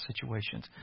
situations